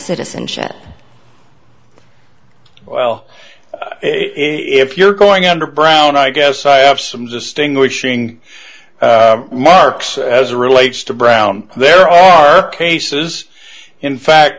citizenship well if you're going under brown i guess psyops some distinguishing marks as a relates to brown there are cases in fact